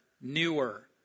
newer